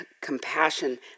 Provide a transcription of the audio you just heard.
compassion